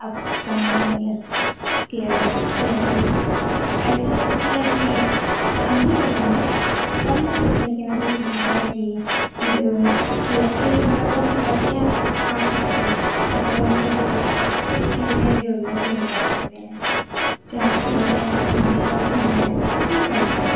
अब कम नहीं है लड़कियाँ ऐसा हो सकता है कि अभी अगर मैं कह नहीं सकते लेकिन अभी के टाइम है कि जो लड़के ये बराबर लड़कियाँ आ सकती है लेकिन लड़कियों के बराबर कुछ चीज़ हैं जो लड़के नहीं कर सकते हैं चाहें खेलने हो पहनने हो चाहें कुछ भी करना ओं